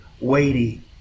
weighty